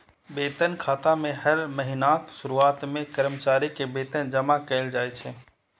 वेतन खाता मे हर महीनाक शुरुआत मे कर्मचारी के वेतन जमा कैल जाइ छै